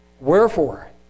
Wherefore